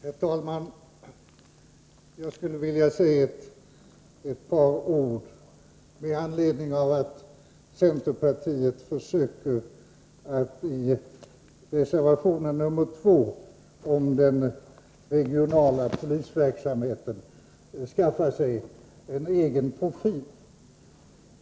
Herr talman! Jag skulle vilja säga ett par ord med anledning av att centerpartiet i reservation nr 2 om den regionala polisverksamheten försöker skaffa sig en egen profil.